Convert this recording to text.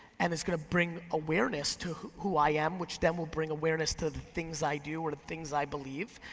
and it's gonna bring awareness to who i am, which then will bring awareness to the things i do or the things i believe.